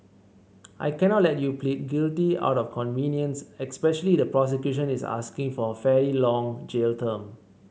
I cannot let you plead guilty out of convenience especially the prosecution is asking for a fairly long jail term